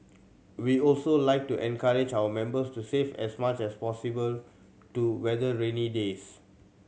we also like to encourage our members to save as much as possible to weather rainy days